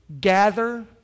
Gather